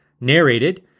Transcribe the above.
narrated